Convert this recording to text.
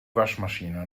waschmaschine